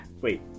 Wait